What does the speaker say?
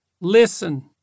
listen